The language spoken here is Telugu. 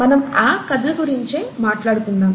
మనం ఆ కథ గురించే మాట్లాడుకుందాము